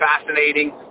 fascinating